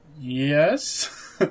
yes